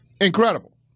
Incredible